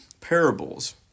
parables